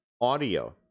audio